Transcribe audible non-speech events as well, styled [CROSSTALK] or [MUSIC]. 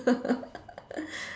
[LAUGHS]